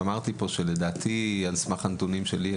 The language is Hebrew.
אמרתי פה שלדעתי, על סמך הנתונים שיש לי